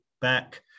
back